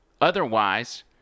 Otherwise